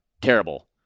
terrible